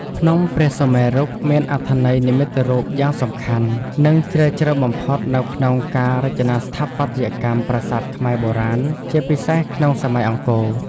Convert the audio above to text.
ភ្នំព្រះសុមេរុ មានអត្ថន័យនិមិត្តរូបយ៉ាងសំខាន់ និងជ្រាលជ្រៅបំផុតនៅក្នុងការរចនាស្ថាបត្យកម្មប្រាសាទខ្មែរបុរាណ ជាពិសេសក្នុងសម័យអង្គរ។